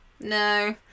No